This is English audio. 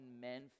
men